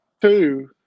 two